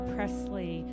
Presley